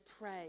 pray